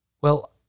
Well